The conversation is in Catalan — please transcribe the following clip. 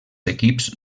equips